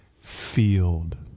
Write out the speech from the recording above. field